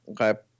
okay